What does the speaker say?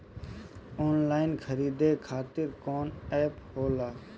Online खरीदे खातीर कौन एप होला?